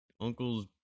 uncle's